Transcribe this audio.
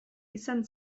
izan